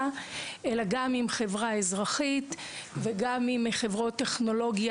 אלא גם עם חברה אזרחית וגם עם חברות טכנולוגיה,